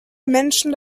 menschen